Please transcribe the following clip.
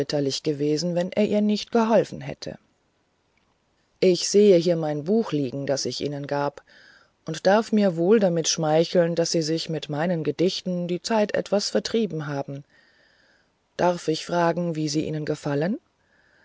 gewesen wenn er ihr nicht geholfen hätte ich sehe hier mein buch liegen das ich ihnen gab und darf mir wohl damit schmeicheln daß sie sich mit meinen gedichten die zeit etwas vertrieben haben darf ich fragen wie sie ihnen gefallen